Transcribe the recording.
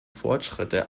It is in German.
fortschritte